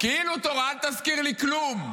אל תזכיר לי כלום.